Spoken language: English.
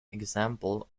example